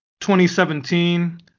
2017